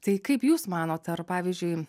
tai kaip jūs manot ar pavyzdžiui